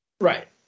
Right